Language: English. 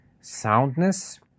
soundness